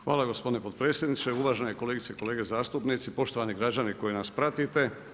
Hvala gospodine potpredsjedniče, uvažene kolegice i kolege zastupnici, poštovani građani koji nas pratite.